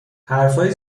حرفهایی